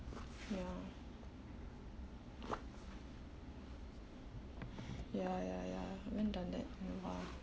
ya ya ya ya will done that in a while